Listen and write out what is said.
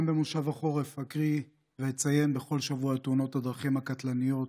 גם במושב החורף אקריא ואציין בכל שבוע את תאונות הדרכים הקטלניות